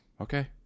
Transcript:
Okay